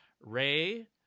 Ray